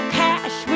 cash